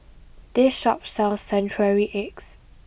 this shop sells century eggs